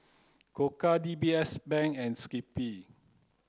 Koka D B S Bank and Skippy